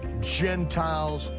gentiles,